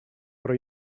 però